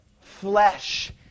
flesh